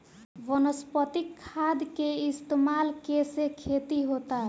वनस्पतिक खाद के इस्तमाल के से खेती होता